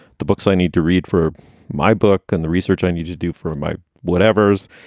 the books i need to read for my book and the research i need to do for ah my whatevers.